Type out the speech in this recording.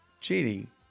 cheating